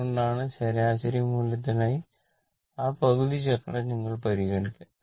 അതുകൊണ്ടാണ് ശരാശരി മൂല്യത്തിനായി ആ പകുതി ചക്രം ഞങ്ങൾ പരിഗണിക്കുക